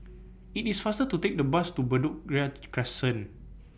IT IS faster to Take The Bus to Bedok Ria Crescent